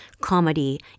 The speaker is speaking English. comedy